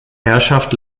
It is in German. herrschaft